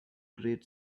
great